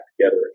together